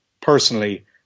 personally